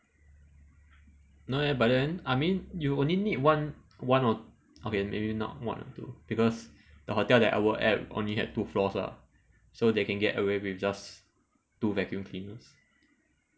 no leh but then I mean you only need one one or okay maybe not one or two because the hotel that I worked at only had two floors lah so they can get away with just two vacuum cleaners